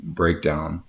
breakdown